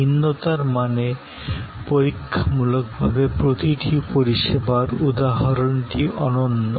ভিন্নতার মানে পরীক্ষামূলকভাবে প্রতিটি পরিষেবার উদাহরণটি অনন্য